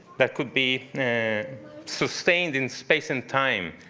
that could be sustained in space and time,